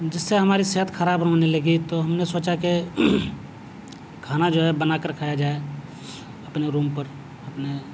جس سے ہماری صحت خراب ہونے لگی تو ہم نے سوچا کہ کھانا جو ہے بنا کر کھایا جائے اپنے روم پر اپنے